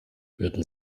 würden